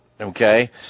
Okay